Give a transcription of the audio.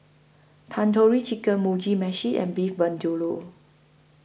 Tandoori Chicken Mugi Meshi and Beef Vindaloo